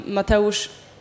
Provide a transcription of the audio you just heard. Mateusz